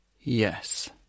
Yes